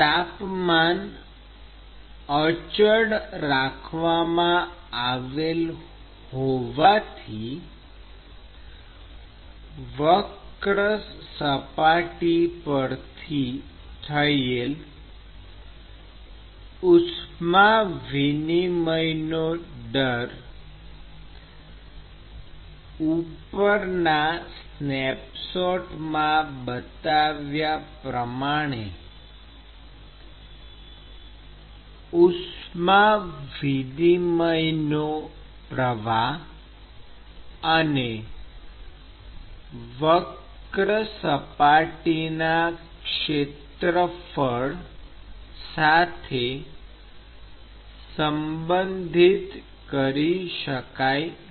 તાપમાન અચળ રાખવામા આવેલ હોવાથી વક્ર સપાટી પરથી થયેલ ઉષ્મા વિનિમયનો દર ઉપરના સ્નેપશોટમાં બતાવ્યા પ્રમાણે ઉષ્મા વિનિમયનો પ્રવાહ અને વક્ર સપાટીના ક્ષેત્રફળ સાથે સંબંધિત કરી શકાય છે